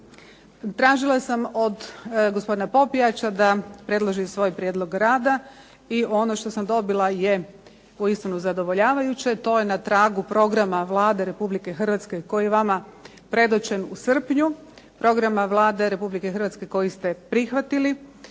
Tražila sam od gospodina Popijača da predloži svoj prijedlog rada i ono što sam dobila je uistinu zadovoljavajuće. To je na tragu programa Vlade RH koji vama predočen u srpnju. Programa Vlade RH koji ste prihvatili